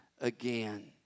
again